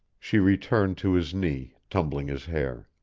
she returned to his knee, tumbling his hair.